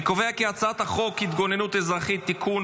אני קובע כי הצעת חוק ההתגוננות האזרחית (תיקון,